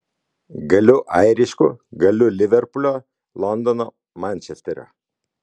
galiu airišku galiu liverpulio londono mančesterio